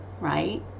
right